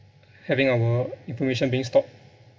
having our information being stalked